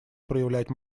проявлять